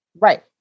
Right